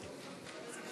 מדע,